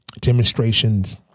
demonstrations